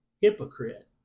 Hypocrite